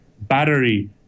battery